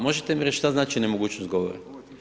Možete mi reći šta znači nemogućnost govora?